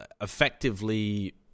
effectively